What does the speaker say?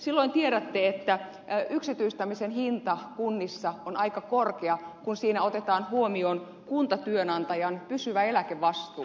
silloin tiedätte että yksityistämisen hinta kunnissa on aika korkea kun siinä otetaan huomioon kuntatyönantajan pysyvä eläkevastuu